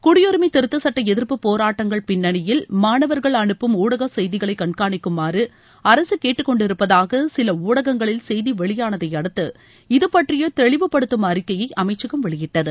குடியுரிமை திருத்த சுட்ட எதிர்ப்பு போராட்டங்கள் பின்னணியில் மாணவர்கள் அனுப்பும் ஊடக செய்திகளை கண்காணிக்குமாறு அரசு கேட்டுக்கொண்டிருப்பதாக சில ஊடகங்களில் செய்தி வெளியானதை அடுத்து இதுபற்றிய தெளிவுபடுத்தும் அறிக்கையை அமைச்சகம் வெளியிட்டது